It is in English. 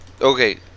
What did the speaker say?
Okay